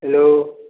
hello